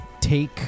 take